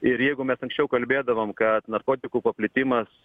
ir jeigu mes anksčiau kalbėdavom kad narkotikų paplitimas